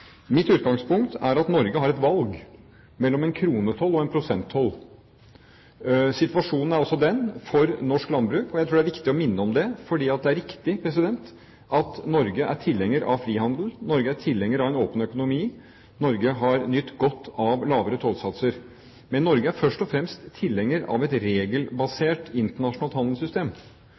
Mitt utgangspunkt er at Norge har et valg mellom kronetoll og prosenttoll. Situasjonen er altså den for norsk landbruk – og jeg tror det er viktig å minne om det, fordi det er riktig at Norge er tilhenger av frihandel og en åpen økonomi – at Norge har nytt godt av lavere tollsatser. Men Norge er først og fremst tilhenger av et regelbasert internasjonalt handelssystem.